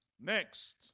Next